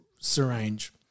syringe